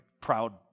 proud